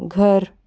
घर